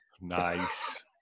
Nice